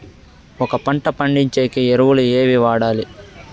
ఒక పంట పండించేకి ఎరువులు ఏవి వాడాలి?